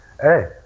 hey